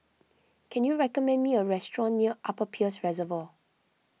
can you recommend me a restaurant near Upper Peirce Reservoir